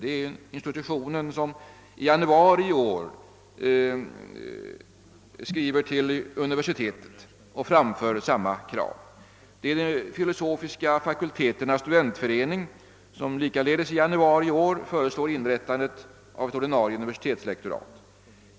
Det är institutionen som i januari i år skriver till universitetet och framför samma krav. Det är de filosofiska fakulteternas studentförening som likaledes i januari föreslår inrättandet av ett ordinarie universitetslektorat.